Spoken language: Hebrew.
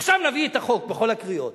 עכשיו נביא את החוק בכל הקריאות.